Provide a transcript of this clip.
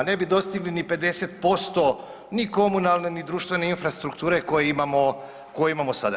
Ne bi dostigli ni 50% ni komunalne ni društvene infrastrukture koje imamo sada.